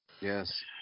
Yes